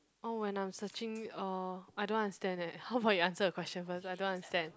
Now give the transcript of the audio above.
oh when I'm searching uh I don't understand eh how about you answer the question first I don't understand